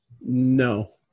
No